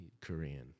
Korean